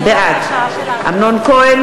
בעד אמנון כהן,